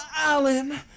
Alan